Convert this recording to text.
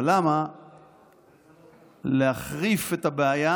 אבל למה להחריף את הבעיה